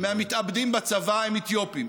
כשליש מהמתאבדים בצבא הם אתיופים.